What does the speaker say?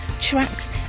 tracks